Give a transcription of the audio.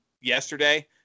yesterday